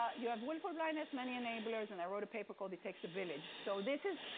ah you have willful blindness, many enablers, and i wrote a paper called it takes a village. so this is